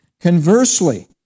Conversely